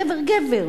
גבר-גבר,